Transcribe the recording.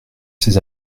ces